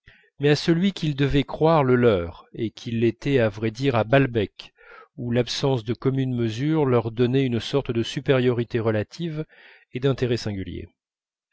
mais à celui qu'ils devaient croire le leur et qui l'était à vrai dire à balbec où l'absence de commune mesure leur donnait une sorte de supériorité relative et d'intérêt singulier